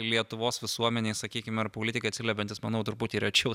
lietuvos visuomenėj sakykim ar politikai atsiliepiantys manau truputį rečiau